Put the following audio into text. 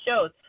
shows